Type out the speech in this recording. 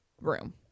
room